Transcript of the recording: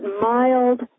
mild